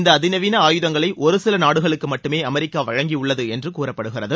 இந்த அதிநவீன அ ஆயுதங்களை ஒருசில நாடுகளுக்கு மட்டுமே அமெரிக்கா வழங்கியுள்ளது என்று கூறப்படுகிறது